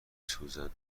سوزن